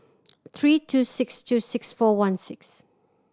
three two six two six four one six